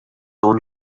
own